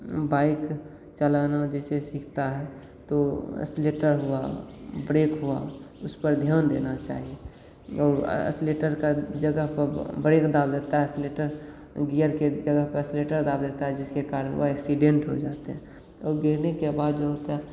bike चलाना जैसे सीखता है तो एसलेटर हुआ ब्रेक हुआ उस पर ध्यान देना चाहिए और असलेटर का जगह पब ब्रेक दाब देता है असलेटर गियर के जगह पर असलेटर दाब देता है जिसके कारण वह एक्सीडेंट हो जाते हैं और गिरने के बाद जो होता है